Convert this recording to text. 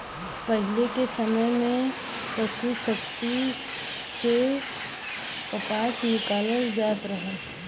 पहिले के समय में पसु शक्ति से कपास निकालल जात रहल